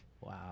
Wow